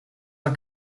are